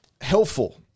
helpful